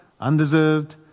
Undeserved